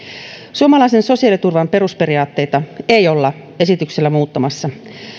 suomalaisen sosiaaliturvan perusperiaatteita ei olla esityksellä muuttamassa